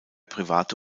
private